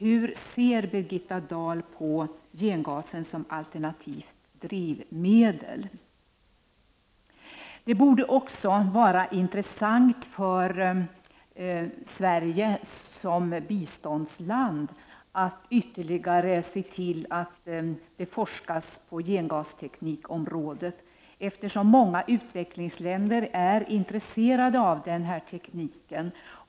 Hur ser Birgitta Dahl på gengasen som alternativt drivmedel? Det borde också vara intressant för Sverige som biståndsland att se till att det forskas ytterligare på gengasteknikens område, eftersom många utvecklingsländer är intresserade av denna teknik.